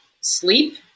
sleep